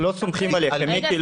אנחנו לא סומכים עליכם, מיקי.